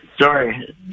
Sorry